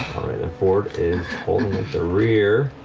and fjord is holding at the rear.